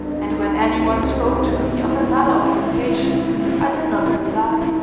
and when any one spoke to me of another occupation i did not reply.